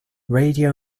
radio